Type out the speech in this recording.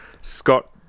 Scott